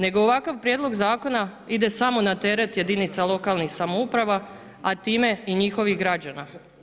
Nego ovakav prijedlog zakona ide samo na teret jedinica lokalnih samouprava a time i njihovih građana.